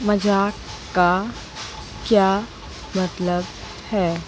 मज़ाक का क्या मतलब है